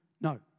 no